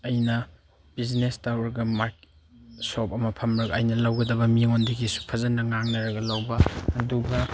ꯑꯩꯅ ꯕꯤꯖꯤꯅꯦꯁ ꯇꯧꯔꯒ ꯁꯣꯞ ꯑꯃ ꯐꯝꯂꯒ ꯑꯩꯅ ꯂꯧꯒꯗꯕ ꯃꯤꯉꯣꯟꯗꯒꯤꯁꯨ ꯐꯖꯅ ꯉꯥꯡꯅꯔꯒ ꯂꯧꯕ ꯑꯗꯨꯒ